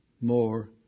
more